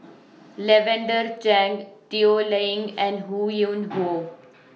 Lavender Chang Toh Liying and Ho Yuen Hoe